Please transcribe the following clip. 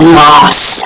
lost